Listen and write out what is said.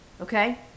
Okay